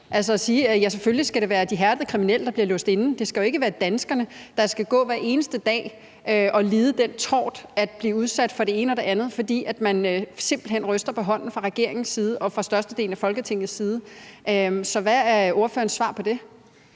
døren og sige, at det selvfølgelig skal være de hærdede kriminelle, der bliver låst inde? Det skal jo ikke være danskerne, der skal gå hver eneste dag og lide den tort at blive udsat for det ene og det andet, fordi man simpelt hen ryster på hånden fra regeringens side og fra størstedelen af Folketingets side. Så hvad er ordførerens svar på det?